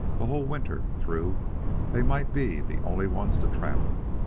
the whole winter through they might be the only ones to travel it.